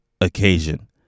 occasion